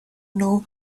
know